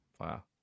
Wow